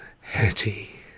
Hetty